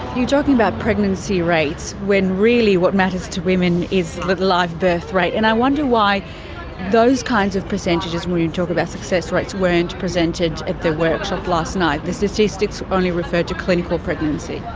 you're talking about pregnancy rates, when really what matters to women is the live birth rate, and i wonder why those kinds of percentages, when you talk about success rates, weren't presented at the workshop last night. the statistics only referred to clinical pregnancy.